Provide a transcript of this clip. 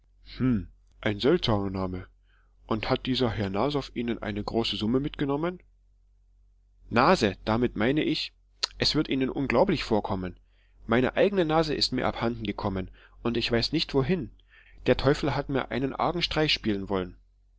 ein seltsamer name und hat dieser herr nasow ihnen eine große summe mitgenommen nase damit meine ich es wird ihnen unglaublich vorkommen meine eigene nase ist mir abhanden gekommen und ich weiß nicht wohin der teufel hat mir einen argen streich spielen wollen